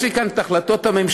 יש לי כאן החלטות הממשלה,